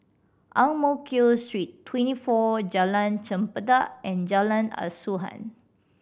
Ang Mo Kio Street Twenty Four Jalan Chempedak and Jalan Asuhan